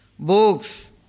Books